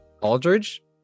Aldridge